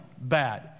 bad